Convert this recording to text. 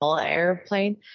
airplane